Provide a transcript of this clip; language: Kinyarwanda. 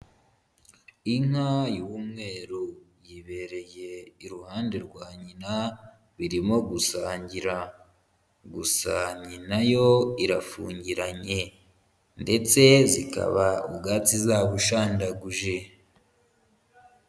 Inka y'umweru yibereye iruhande rwa nyina, birimo gusangira gusa nyina yo irafungiranye ndetse zikaba ubwatsi zabushandaguje.